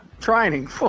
training